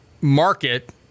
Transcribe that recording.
market